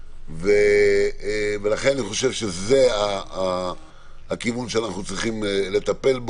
לכן אני חושב שזה הכיוון בו אנחנו צריכים לטפל,